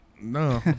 No